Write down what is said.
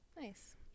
nice